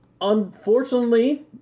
Unfortunately